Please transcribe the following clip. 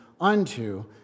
unto